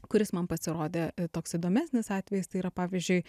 kuris man pasirodė toks įdomesnis atvejis tai yra pavyzdžiui